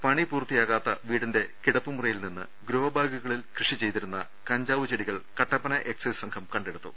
പണിപൂർത്തിയാകാത്ത വീടിന്റെ കിടപ്പുമുറിയിൽ നിന്ന് ഗ്രോബാ ഗുകളിൽ കൃഷി ചെയ്തിരുന്ന കഞ്ചാവ് ചെടികൾ കട്ടപ്പന എക്സൈസ് സംഘം കണ്ടെടുത്തു